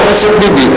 חבר הכנסת ביבי.